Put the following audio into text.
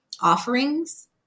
offerings